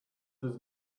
this